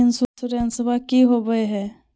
इंसोरेंसबा की होंबई हय?